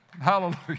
hallelujah